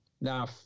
Now